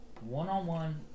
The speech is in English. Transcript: one-on-one